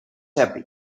happy